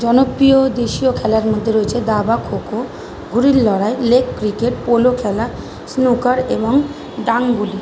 জনপ্রিয় দেশীয় খেলার মধ্যে রয়েছে দাবা খো খো ঘুড়ির লড়াই লেগ ক্রিকেট পোলো খেলা স্নুকার এবং ডাংগুলি